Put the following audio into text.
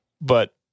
But-